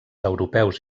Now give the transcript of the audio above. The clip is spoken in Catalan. europeus